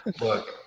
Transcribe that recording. Look